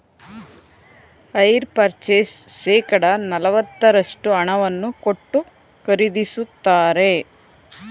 hire purchase ಶೇಕಡ ನಲವತ್ತರಷ್ಟು ಹಣವನ್ನು ಕೊಟ್ಟು ಖರೀದಿಸುತ್ತಾರೆ